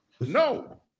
No